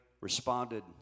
responded